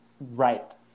Right